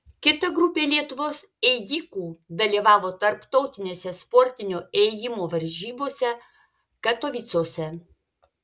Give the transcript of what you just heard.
kita grupė lietuvos ėjikų dalyvavo tarptautinėse sportinio ėjimo varžybose katovicuose